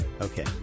Okay